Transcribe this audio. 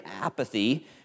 apathy